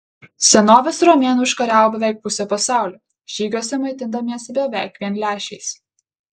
senovės romėnai užkariavo beveik pusę pasaulio žygiuose maitindamiesi beveik vien lęšiais